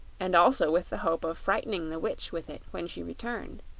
and also with the hope of frightening the witch with it when she returned.